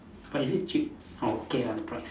but is it cheap oh okay ah the price